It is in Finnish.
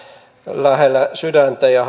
lähellä sydäntä ja